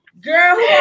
Girl